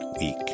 week